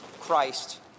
Christ